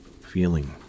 feeling